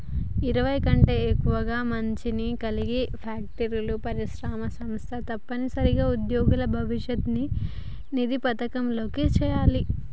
ఇరవై కంటే ఎక్కువ మందిని కలిగి ఫ్యాక్టరీలు పరిశ్రమలు సంస్థలు తప్పనిసరిగా ఉద్యోగుల భవిష్యత్ నిధి పథకంలో చేయాలి